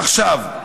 עכשיו,